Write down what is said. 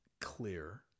clear